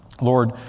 Lord